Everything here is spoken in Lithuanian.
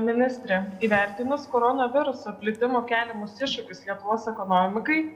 ministre įvertinus koronaviruso plitimo keliamus iššūkius lietuvos ekonomikai